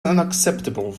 unacceptable